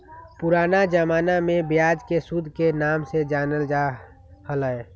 पुराना जमाना में ब्याज के सूद के नाम से जानल जा हलय